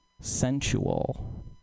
sensual